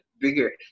bigger